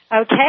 Okay